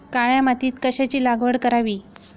काळ्या मातीत कशाची लागवड करावी?